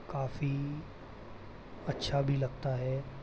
काफ़ी अच्छा भी लगता है